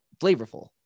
flavorful